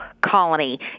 colony